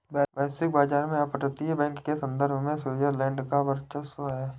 वैश्विक बाजार में अपतटीय बैंक के संदर्भ में स्विट्जरलैंड का वर्चस्व है